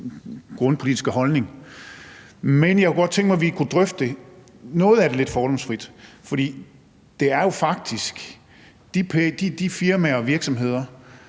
grundpolitiske holdning. Men jeg kunne godt tænke mig, at vi kunne drøfte noget af det lidt fordomsfrit, for de firmaer og virksomheder,